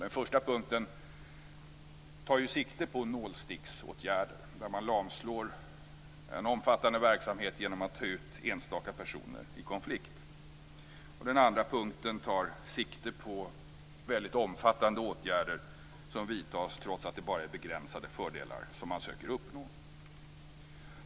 Den första punkten tar sikte på nålsticksåtgärder där man lamslår en omfattande verksamhet genom att ta ut enstaka personer i konflikt. Den andra punkten tar sikte på väldigt omfattande åtgärder som vidtas trots att det bara är begränsade fördelar som man försöker uppnå.